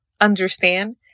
understand